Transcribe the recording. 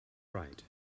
right